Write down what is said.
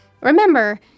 Remember